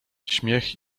śmiech